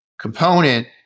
component